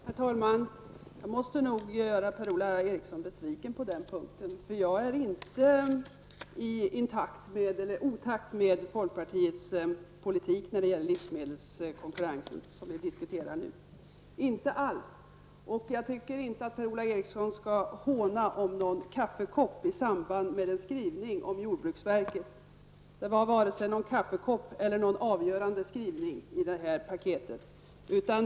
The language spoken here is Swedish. Herr talman! Jag måste nog göra Per-Ola Eriksson besviken på denna punkt. Jag är inte i otakt med folkpartiets politik när det gäller livsmedelskonkurrensen, som vi nu diskuterar. Inte alls. Jag tycker inte att Per-Ola Eriksson skall håna oss för någon kaffekopp i samband med skrivningen om jordbruket. Det var varken någon kaffekopp eller någon avgörande skrivning i detta paket.